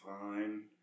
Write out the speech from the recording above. fine